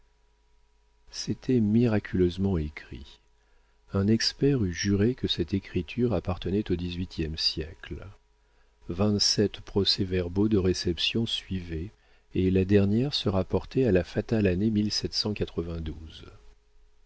c'était miraculeusement écrit un expert eût juré que cette écriture appartenait au dix-huitième siècle vingt-sept procès-verbaux de réceptions suivaient et la dernière se rapportait à la fatale année